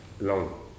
long